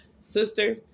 Sister